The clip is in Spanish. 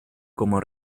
como